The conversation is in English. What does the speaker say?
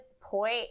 point